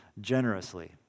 generously